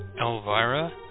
Elvira